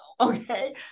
okay